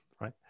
right